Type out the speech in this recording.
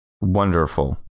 Wonderful